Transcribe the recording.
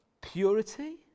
purity